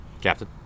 Captain